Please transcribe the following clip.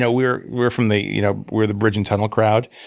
ah we're we're from the you know we're the bridge and tunnel crowd,